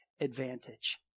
advantage